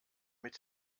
mit